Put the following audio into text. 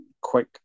quick